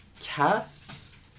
casts